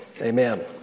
Amen